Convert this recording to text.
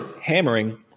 hammering